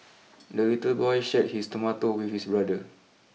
the little boy shared his tomato with his brother